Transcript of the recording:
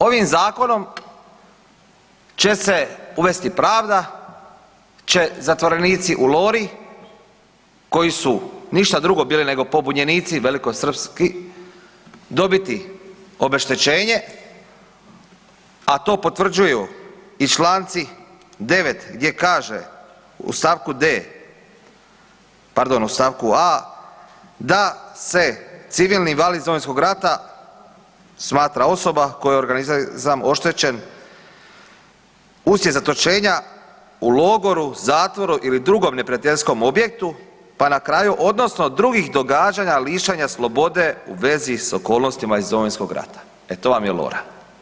Ovim zakonom će se uvesti pravda, će zatvorenici u Lori koji su ništa drugo bili nego pobunjenici velikosrpski dobiti obeštećenje, a to potvrđuju i Članci 9., gdje kaže u stavku d), pardon u stavku a) da se civilni invalid iz Domovinskog rata smatra osoba kojoj je organizam oštećen uslijed zatočenja u logoru, zatvoru ili drugom neprijateljskom objektu pa na kraju odnosno drugih događaja lišen je slobode u vezi s okolnostima iz Domovinskog rata, e to vam je Lora.